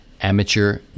amateur